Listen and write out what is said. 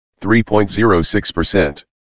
3.06%